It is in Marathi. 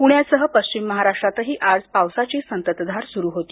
पुण्यासह पश्विम महाराष्ट्रातही आज पावसाची संततधार सुरू होती